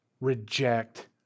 reject